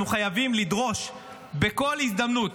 אנחנו חייבים לדרוש בכל הזדמנות,